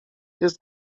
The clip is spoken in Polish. jest